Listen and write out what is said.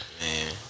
Man